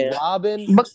Robin